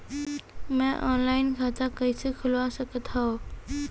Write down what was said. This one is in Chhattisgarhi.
मैं ऑनलाइन खाता कइसे खुलवा सकत हव?